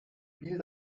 spiel